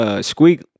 Squeak